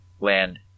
land